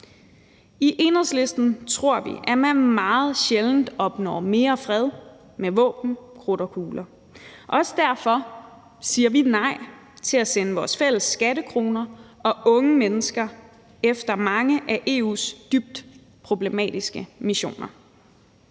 I Enhedslisten tror vi, at man meget sjældent opnår mere fred med våben, krudt og kugler. Også derfor siger vi nej til at sende vores fælles skattekroner efter og unge mennesker på mange af EU's dybt problematiske missioner.